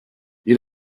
you